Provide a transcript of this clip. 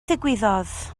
ddigwyddodd